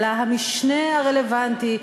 אלא המשנה הרלוונטי,